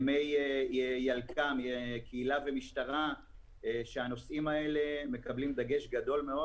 יש ימי קהילה ומשטרה והנושאים האלה מקבלים דגש גדול מאוד